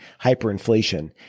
hyperinflation